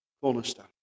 cornerstone